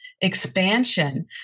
expansion